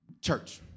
Church